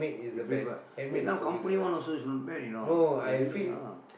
you prefer eh now company one also is not bad you know they doing ya